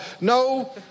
No